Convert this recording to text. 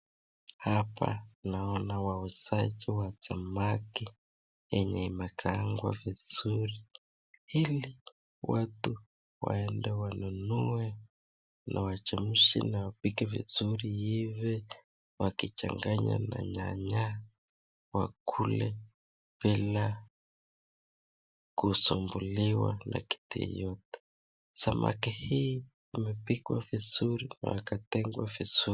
Hapa naona wauzaji wa samaki yenye imepeangwa vizuri. Hili watu waende wanunue na wachemshe na wapike vizuri hivi wakichanganya na nyanya wakule bila kusumbuliwa na kitu yoyote. Samaki hii imepewa vizuri na ikatengwa vizuri.